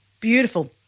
beautiful